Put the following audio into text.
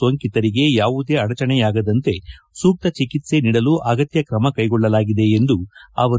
ಸೋಂಕಿತರಿಗೆ ಯಾವುದೇ ಅಡಚಣೆಯಾಗದಂತೆ ಸೂಕ್ತ ಚಿಕಿತ್ಸೆ ನೀಡಲು ಅಗತ್ತ ಕ್ರಮಕೈಗೊಳ್ಳಲಾಗಿದೆ ಎಂದರು